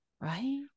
Right